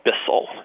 Bissell